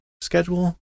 schedule